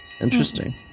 interesting